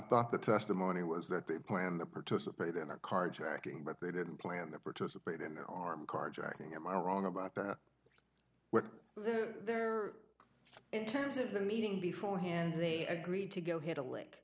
thought the testimony was that they planned the participate in a carjacking but they didn't plan the participate in the armed carjacking am i wrong about that there in terms of the meeting before hand they agreed to go hit a lick